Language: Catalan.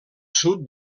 sud